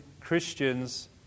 Christians